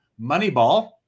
Moneyball